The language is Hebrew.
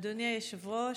אדוני היושב-ראש,